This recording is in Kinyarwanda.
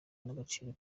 n’agaciro